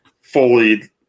fully